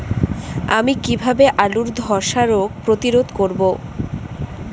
আমি কিভাবে আলুর ধ্বসা রোগ প্রতিরোধ করব?